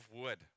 wood